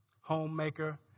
homemaker